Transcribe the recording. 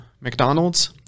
McDonald's